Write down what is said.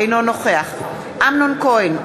אינו נוכח אמנון כהן,